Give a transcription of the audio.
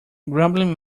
grumbling